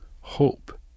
hope